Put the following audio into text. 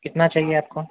کتنا چاہیے آپ کو